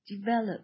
develop